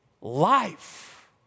life